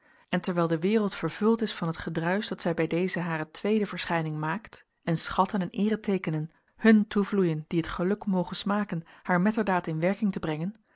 en terwijl de wereld vervuld is van het gedruisch dat zij bij deze hare tweede verschijning maakt en schatten en eereteekenen hun toevloeien die het geluk mogen smaken haar metterdaad in werking te brengen